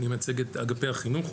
אני מייצג את אגפי החינוך.